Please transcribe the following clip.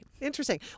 interesting